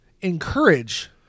encourage